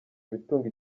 ibitunga